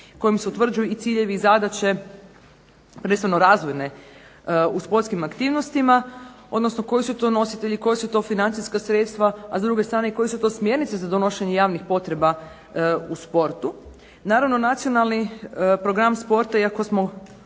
kojim se utvrđuju ciljevi i zadaće prvenstveno razvojne u sportskim aktivnostima. Odnosno koji su to nositelji, koja su to financijska sredstva, a s druge strane koje su to smjernice za donošenje javnih potreba u sportu. Naravno, Nacionalni program sporta iako nam